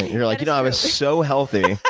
you're like, you know, i was so healthy,